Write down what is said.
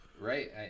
Right